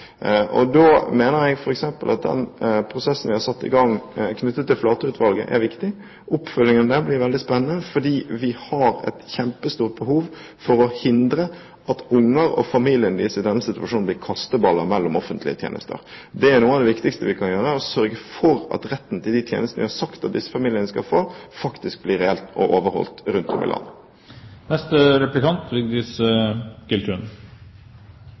Da mener jeg f.eks. at den prosessen vi har satt i gang, knyttet til Flatø-utvalget, er viktig. Oppfølgingen av den blir veldig spennende fordi vi har et kjempestort behov for å hindre at barn og familiene deres i denne situasjonen blir kasteballer mellom offentlige tjenester. Noe av det viktigste vi kan gjøre, er å sørge for at retten til de tjenestene vi har sagt at disse familiene skal få, faktisk blir reell og overholdt rundt om i